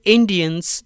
Indians